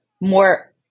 more –